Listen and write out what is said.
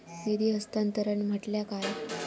निधी हस्तांतरण म्हटल्या काय?